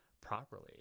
properly